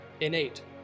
innate